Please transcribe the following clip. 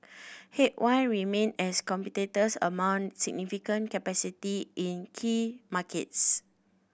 remain as competitors mount significant capacity in key markets